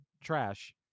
trash